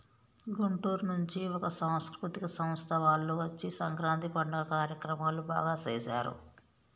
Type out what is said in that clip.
గుంటూరు నుంచి ఒక సాంస్కృతిక సంస్థ వాళ్ళు వచ్చి సంక్రాంతి పండుగ కార్యక్రమాలు బాగా సేశారు